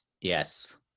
yes